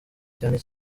cyane